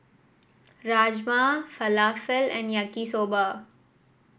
Rajma Falafel and Yaki Soba